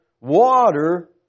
water